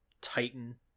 Titan